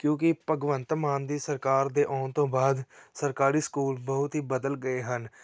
ਕਿਉਂਕਿ ਭਗਵੰਤ ਮਾਨ ਦੀ ਸਰਕਾਰ ਦੇ ਆਉਣ ਤੋਂ ਬਾਅਦ ਸਰਕਾਰੀ ਸਕੂਲ ਬਹੁਤ ਹੀ ਬਦਲ ਗਏ ਹਨ